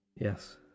Yes